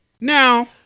Now